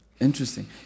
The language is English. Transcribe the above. Interesting